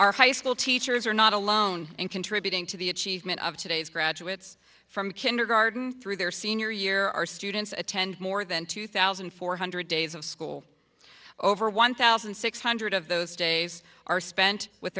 our high school teachers are not alone in contributing to the achievement of today's graduates from kindergarten through their senior year our students attend more than two thousand four hundred days of school over one thousand six hundred of those days are spent with